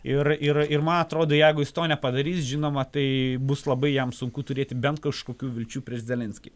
ir ir ir man atrodo jeigu jis to nepadarys žinoma tai bus labai jam sunku turėti bent kažkokių vilčių prieš zelenskį